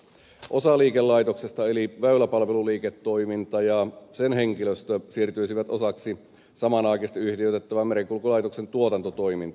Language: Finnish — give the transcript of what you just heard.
osa liikelaitoksesta eli väyläpalveluliiketoiminta ja sen henkilöstö siirtyisivät osaksi samanaikaisesti yhtiöitettävän merenkulkulaitoksen tuotantotoimintaan